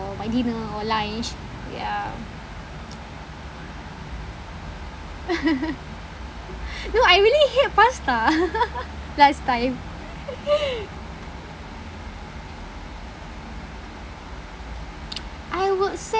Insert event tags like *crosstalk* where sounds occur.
my dinner or lunch ya *laughs* no I really hate pasta *laughs* last time *laughs* *noise* I would say